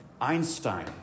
Einstein